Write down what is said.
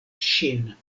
ŝin